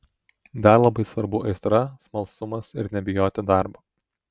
dar labai svarbu aistra smalsumas ir nebijoti darbo